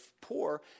poor